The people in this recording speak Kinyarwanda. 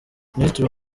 minisitiri